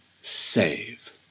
save